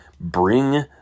bring